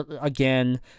again